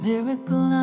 Miracle